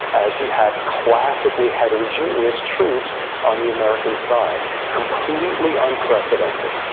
as you had classically heterogeneous troops on the american side completely unprecedented,